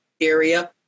area